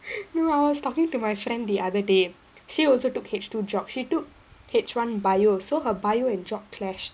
you know I was talking to my friend the other day she also took H two geog she took H one bio so her bio and geog clash